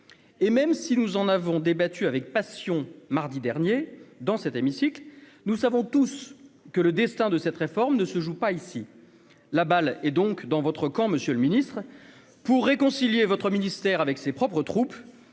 et même si nous en avons débattu avec passion, mardi dernier, dans cet hémicycle, nous savons tous que le destin de cette réforme ne se joue pas ici la balle est donc dans votre camp, monsieur le Ministre pour réconcilier votre ministère avec ses propres troupes,